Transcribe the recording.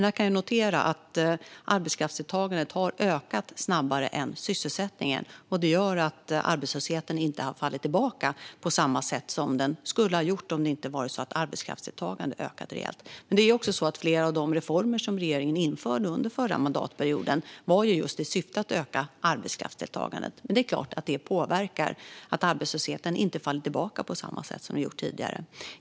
Jag kan notera att arbetskraftsdeltagandet har ökat snabbare än sysselsättningen, och det gör att arbetslösheten inte har fallit tillbaka på samma sätt som den skulle ha gjort om inte arbetskraftsdeltagandet ökat rejält. Flera av de reformer som regeringen införde under förra mandatperioden skapades just i syfte att öka arbetskraftsdeltagandet, men det är klart att det påverkar arbetslösheten så att den inte faller tillbaka som den har gjort tidigare.